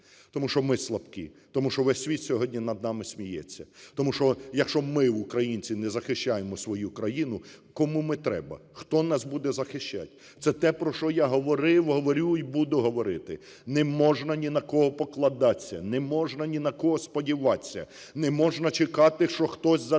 Тому що ми слабкі. Тому що весь світ сьогодні над нами сміється. Тому що, якщо ми, українці, не захищаємо свою країну, кому ми треба? Хто нас буде захищати? Це те, про що я говорив, говорю і буду говорити. Не можна ні на кого покладатися, не можна ні на кого сподіватися. Не можна чекати, що хтось за тебе